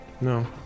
No